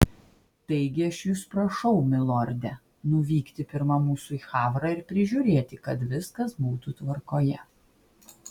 taigi aš jus prašau milorde nuvykti pirma mūsų į havrą ir prižiūrėti kad viskas būtų tvarkoje